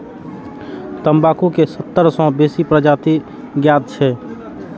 तंबाकू के सत्तर सं बेसी प्रजाति ज्ञात छै